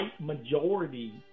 majority